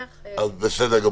תחזירו את מלכיאלי, בבקשה.